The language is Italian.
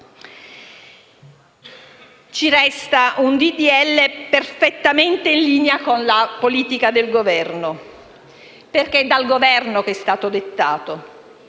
di legge perfettamente in linea con la politica del Governo (perché è dal Governo che è stato dettato),